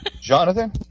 Jonathan